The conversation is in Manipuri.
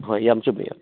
ꯍꯣꯏ ꯌꯥꯝ ꯆꯨꯝꯃꯤ